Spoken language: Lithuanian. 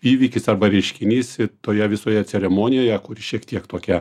įvykis arba reiškinys toje visoje ceremonijoje kuri šiek tiek tokia